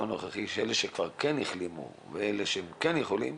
הנוכחי על אלה שכבר כן החלימו ואלה שכן יכולים.